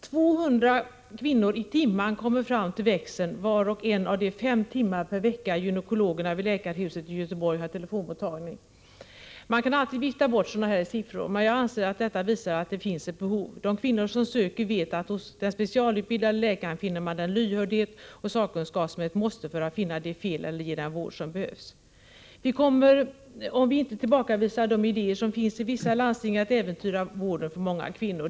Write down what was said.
200 kvinnor i timmen kommer fram till växeln var och en av de fem timmar per vecka gynekologerna vid läkarhuset i Göteborg har telefonmottagning. Man kan alltid vifta bort sådana här siffror, men jag anser att detta visar att det finns ett behov. De kvinnor som söker vet att hos den specialutbildade läkaren finner man den lyhördhet och sakkunskap som är ett måste för att kunna finna felen och ge den vård som behövs. Om vi inte tillbakavisar de idéer som finns i vissa landsting kommer vi att äventyra vården för många kvinnor.